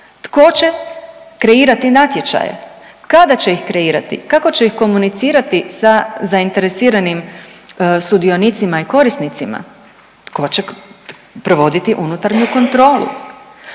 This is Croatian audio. Tko će kreirati natječaje? Kada će ih kreirati? Kako će ih komunicirati sa zainteresiranim sudionicima i korisnicima. Tko će provoditi unutarnju kontrolu?